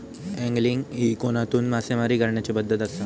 angling ही कोनातून मासेमारी करण्याची पद्धत आसा